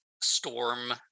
storm